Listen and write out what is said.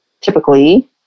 typically